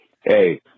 Hey